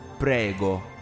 Prego